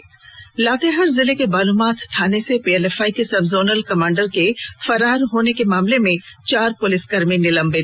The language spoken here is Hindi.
त् लातेहार जिले के बालूमाथ थाने से पीएलएफआई के सब जोनल कमांडर के फरार होने के मामले में चार पुलिसकर्मी निलंबित